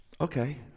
Okay